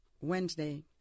Wednesday